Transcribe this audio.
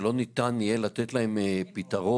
שלא ניתן יהיה לתת להם פתרון,